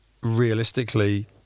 realistically